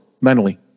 mentally